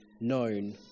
known